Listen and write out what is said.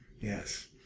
yes